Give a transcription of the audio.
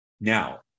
Now